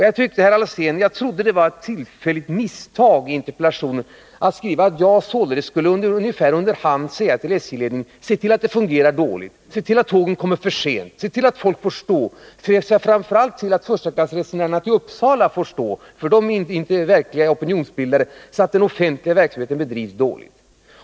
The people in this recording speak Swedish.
Jag trodde, herr Alsén, att det var ett tillfälligt misstag att i interpellationen skriva att jag under hand skulle säga till SJ-ledningen ungefär detta: Se till att det fungerar dåligt, se till att tågen kommer för sent, se till att folk får stå och se framför allt till att förstaklassresenärerna till Uppsala får stå, för de är inte några verkliga opinionsbildare — så att den offentliga verksamheten bedrivs dåligt.